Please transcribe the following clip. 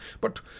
but